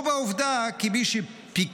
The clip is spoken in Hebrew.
או בעובדה כי מי ש"פיקד"